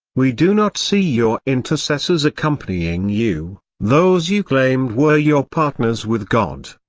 we do not see your intercessors accompanying you, those you claimed were your partners with god.